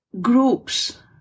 groups